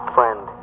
Friend